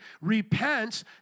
repents